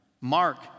Mark